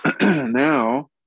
now